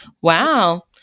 wow